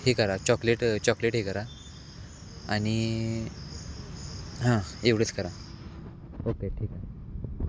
हे करा chocolate chocolate हे करा आणि हां एवढंच करा ओके ठीक आहे